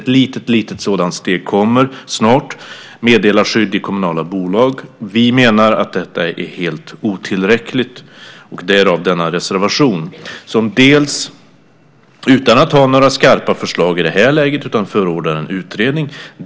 Ett litet litet sådant steg kommer snart, nämligen meddelarskydd i kommunala bolag. Vi menar att detta är helt otillräckligt. Därav följer nämnda reservation som utan att innehålla skarpa förslag i det här läget förordar en utredning.